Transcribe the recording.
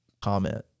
comment